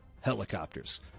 Helicopters